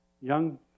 Young